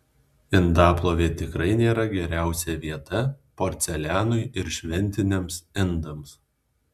indaplovė tikrai nėra geriausia vieta porcelianui ir šventiniams indams